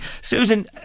susan